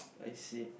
I see